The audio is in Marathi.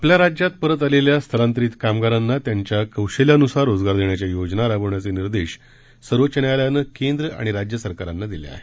आपल्या राज्यात परत आलेल्या स्थलांतरित कामगारांना त्यांच्या कौशल्यानुसार रोजगार देण्याच्या योजना राबवण्याचे निर्देश सर्वोच्च न्यायालयानं केंद्र आणि राज्य सरकारांना दिले आहेत